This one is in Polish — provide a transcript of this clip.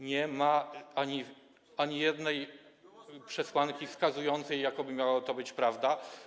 Nie ma ani jednej przesłanki wskazującej, jakoby miała to być prawda.